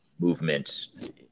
movements